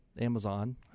Amazon